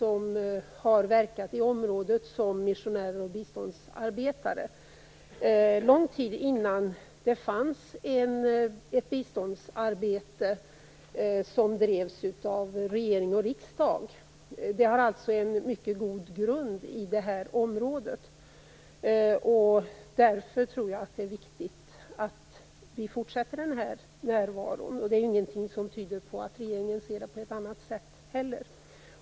De har verkat i området som missionärer och biståndsarbetare långt innan det fanns ett biståndsarbete som drevs av regering och riksdag. Det finns alltså en mycket god grund i området. Därför tror jag att en fortsatt närvaro är viktig, och det finns ingenting som tyder på att regeringen ser det på något annat sätt.